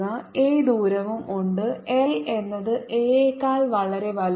a ദൂരവും ഉണ്ട് L എന്നത് a യെക്കാൾ വളരെ വലുതാണ്